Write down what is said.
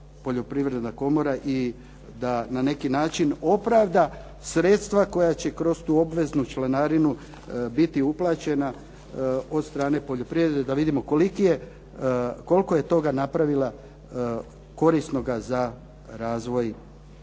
Poljoprivredna komora i da na neki način opravda sredstva koja će kroz tu obveznu članarinu biti uplaćena od strane poljoprivrede da vidimo koliko je toga napravila korisnoga za razvoj